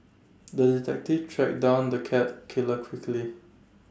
the detective tracked down the cat killer quickly